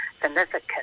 significant